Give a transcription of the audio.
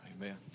Amen